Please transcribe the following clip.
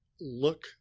look